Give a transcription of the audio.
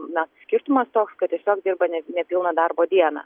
na skirtumas toks kad tiesiog dirba ne nepilną darbo dieną